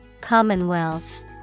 Commonwealth